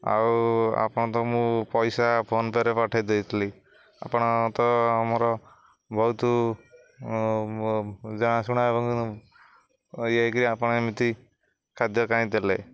ଆଉ ଆପଣ ତ ମୁଁ ପଇସା ଫୋନ ପେରେ ପଠେଇ ଦେଇଥିଲି ଆପଣ ତ ମୋର ବହୁତ ଜଣାଶୁଣା ଏବଂ ଇଏକିରି ଆପଣ ଏମିତି ଖାଦ୍ୟ କାହିଁ ଦେଲେ